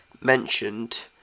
mentioned